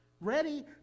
ready